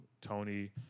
Tony